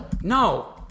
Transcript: No